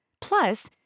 Plus